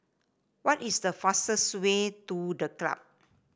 what is the fastest way to The Club